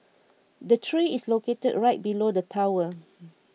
the tree is located right below the tower